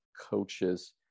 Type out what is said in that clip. coaches